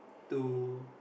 to